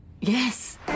Yes